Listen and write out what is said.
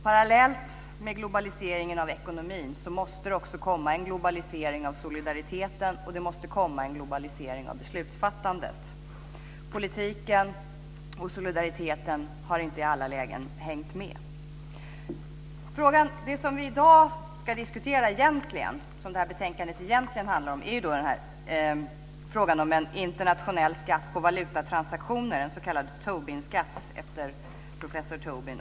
Parallellt med globaliseringen av ekonomin måste också en globalisering av solidariteten och en globalisering av beslutsfattandet komma. Politiken och solidariteten har ju inte i alla lägen hängt med. Det som dagens betänkande egentligen handlar om och som vi ska diskutera är frågan om en internationell skatt på valutatransaktioner, en s.k. Tobinskatt - uppkallad efter professor Tobin.